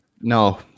No